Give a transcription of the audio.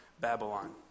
Babylon